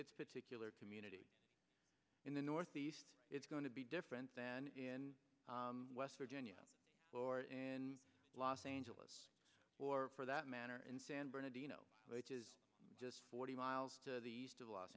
its particular community in the northeast it's going to be different than in west virginia or los angeles or for that matter in san bernardino which is just forty miles to the east of los